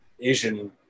Asian